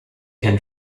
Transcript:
can